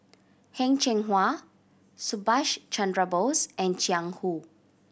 Heng Cheng Hwa Subhas Chandra Bose and Jiang Hu